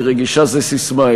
כי רגישה זה ססמה,